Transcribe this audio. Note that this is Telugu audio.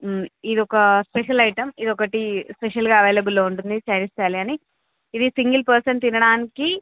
ఇది ఒక స్పెషల్ ఐటెమ్ ఇది ఒకటి స్పెషల్గా అవైలబుల్లో ఉంటుంది చైనీస్ థాలి అని ఇది సింగిల్ పర్సన్ తినడానికి